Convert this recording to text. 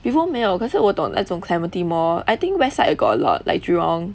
before 没有可是我懂那种 clementi mall I think west side got a lot like jurong